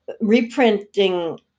reprinting